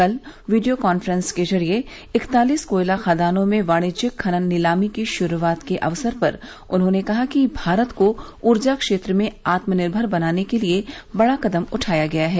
कल video conference के जरिए इकतालीस कोयला खदानों में वाणिज्यिक खनन नीलामी की शुरूआत के अवसर पर उन्होंने कहा कि भारत को ऊर्जा क्षेत्र में आत्मनिर्मर बनाने के लिए बड़ा कदम उठाया गया है